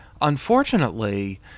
unfortunately